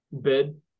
bid